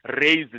raised